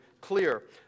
clear